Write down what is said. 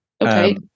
Okay